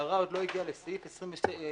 יערה עוד לא הגיעה לסעיף 24(ג).